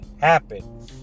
happen